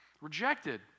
rejected